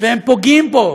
והם פוגעים בו,